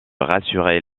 rassurer